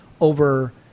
over